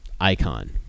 icon